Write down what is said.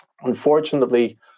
unfortunately